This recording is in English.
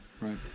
right